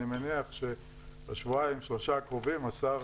אני מניח שבשבועיים-שלושה הקרובים השר